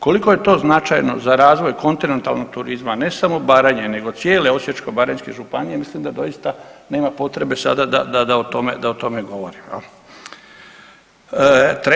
Koliko je to značajno za razvoj kontinentalnog turizma ne samo Baranje nego cijele Osječko-baranjske županije mislim da doista nema potrebe sada da, da o tome, da o tome govorim jel.